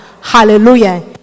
hallelujah